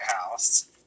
House